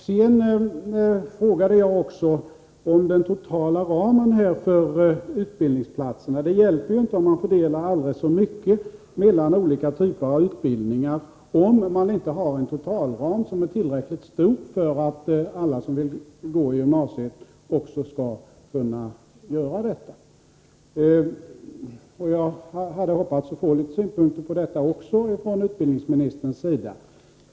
Jag frågade också om den totala ramen för utbildningsplatserna. Det hjälper ju inte om man fördelar aldrig så mycket mellan olika typer av utbildningar, om man inte har en totalram som är tillräckligt stor så att alla som vill gå i gymnasiet också skall kunna göra det. Jag hade hoppats att få litet synpunkter också på detta från utbildningsministerns sida.